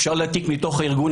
אפשר להעתיק מתוך הארגון.